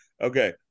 okay